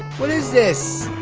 what is this!